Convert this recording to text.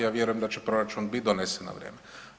Ja vjerujem da će proračun bit donesen na vrijeme.